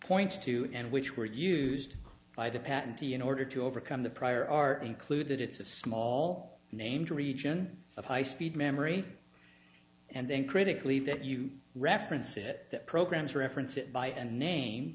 points to it and which were used by the patentee in order to overcome the prior are included it's a small name to region of high speed memory and then critically that you reference it that programs reference it by and name